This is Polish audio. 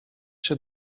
się